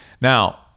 Now